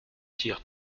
tir